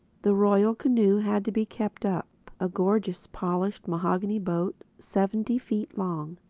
the royal canoe had to be kept up a gorgeous, polished mahogany boat, seventy feet long,